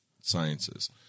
sciences